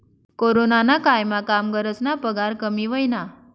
कोरोनाना कायमा कामगरस्ना पगार कमी व्हयना